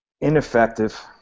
Ineffective